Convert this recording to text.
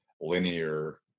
linear